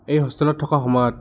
এই হোষ্টেলত থকা সময়ত